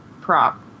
prop